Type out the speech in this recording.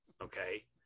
okay